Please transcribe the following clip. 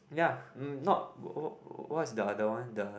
ya mm not wh~ wh~ what's the other one the